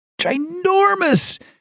ginormous